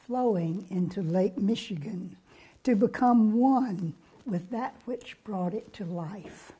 flowing into lake michigan to become one with that which brought it to life